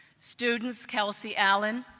students kelsey allen,